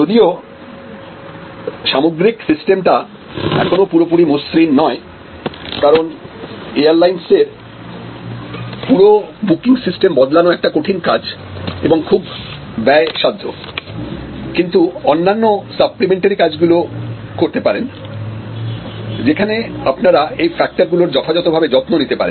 যদিও সামগ্রিক সিস্টেমটা এখন ও পুরোপুরি মসৃণ নয় কারণ এয়ারলাইনস এর পুরো বুকিং সিস্টেম বদলানো একটা কঠিন কাজ এবং খুব ব্যয় সাধ্য কিন্তু অন্যান্য সাপ্লিমেন্টারি কাজগুলো করতে পারেন যেখানে আপনারা এই ফ্যাক্টরগুলোর যথাযথভাবে যত্ন নিতে পারেন